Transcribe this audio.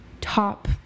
top